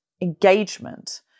engagement